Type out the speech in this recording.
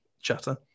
chatter